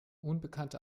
unbekannte